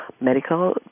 medical